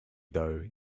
though